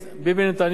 אני מצדיעה לך,